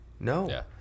no